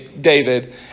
David